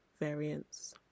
variants